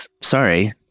sorry